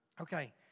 Okay